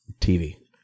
TV